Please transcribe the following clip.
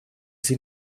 sie